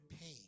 pain